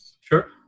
Sure